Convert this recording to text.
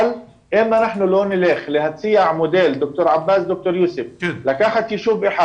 אבל צריכים להציע מודל, לקחת ישוב אחד